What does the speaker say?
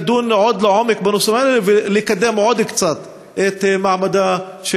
לדון עוד לעומק ולקדם עוד קצת את מעמדה של